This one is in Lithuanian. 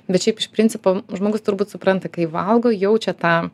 bet šiaip iš principo žmogus turbūt supranta kai valgo jaučia tą